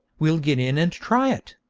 we'll get in and try it.